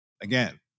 again